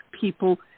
people